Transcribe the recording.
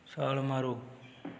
ਛਾਲ ਮਾਰੋ